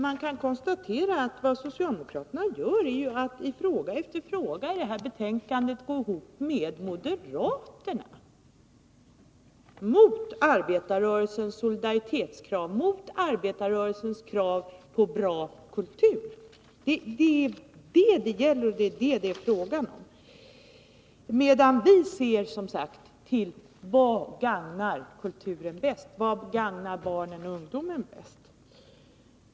Man kan konstatera att vad socialdemokraterna gör är att i fråga efter fråga i detta betänkande gå ihop med moderaterna, mot arbetarrörelsens solidaritetskrav och mot arbetarrörelsens krav på bra kultur. Det är detta det gäller. Vi däremot ser, som sagt, till vad som bäst gagnar kulturen och vad som bäst gagnar barnen och ungdomen.